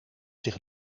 zich